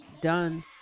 Done